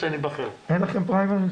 הנדסאים קשה למצוא בארץ?